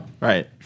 right